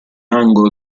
angolo